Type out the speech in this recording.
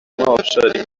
ابشاری